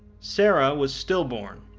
sarah was stillborn,